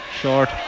Short